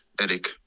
Eric